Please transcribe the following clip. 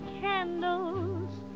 candles